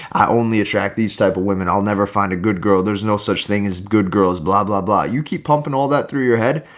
i only attract these type of women. i'll never find a good girl. there's no such thing as good girls, blah, blah, blah, you keep pumping all that through your head,